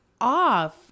off